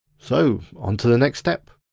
so on to the next step.